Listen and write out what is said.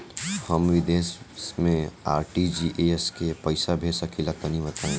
हम विदेस मे आर.टी.जी.एस से पईसा भेज सकिला तनि बताई?